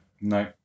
No